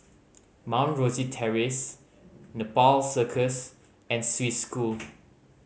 Mount Rosie Terrace Nepal Circus and Swiss School